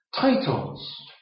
titles